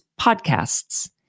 podcasts